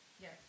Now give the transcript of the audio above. Yes